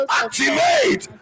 activate